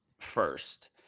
first